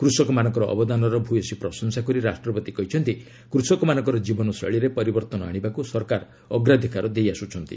କୃଷକମାନଙ୍କର ଅବଦାନର ଭୟସୀ ପ୍ରଶଂସା କରି ରାଷ୍ଟ୍ରପତି କହିଛନ୍ତି କୃଷକମାନଙ୍କର ଜୀବନ ଶୈଳୀରେ ପରିବର୍ତ୍ତନ ଆଶିବାକୁ ସରକାର ଅଗ୍ରାଧିକାର ଦେଇଆସୁଛନ୍ତି